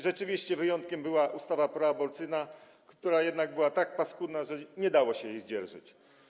Rzeczywiście wyjątkiem była ustawa proaborcyjna, która jednak była tak paskudna, że nie dało się jej zdzierżyć.